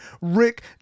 rick